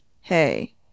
Hey